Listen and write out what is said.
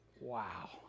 wow